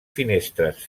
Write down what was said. finestres